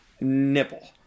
nipple